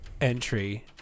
entry